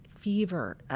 Fever